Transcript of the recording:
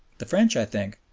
the french, i think,